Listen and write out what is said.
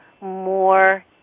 more